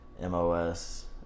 MOS